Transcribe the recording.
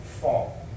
Fall